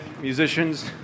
musicians